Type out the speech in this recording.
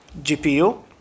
GPU